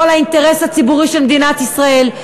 על האינטרס הציבורי של מדינת ישראל,